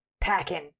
packing